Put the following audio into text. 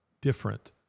different